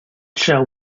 shall